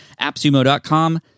AppSumo.com